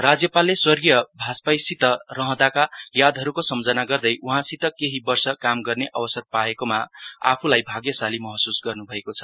राज्यपालले स्वार्गीय भाजपाइसित रहँदाको यादहरुको सम्झना गर्दै उहाँसित केहि वर्ष काम गर्ने अवसर पाएकोमा आफूलाई भाग्यशाली महसुस गर्नु भएको छ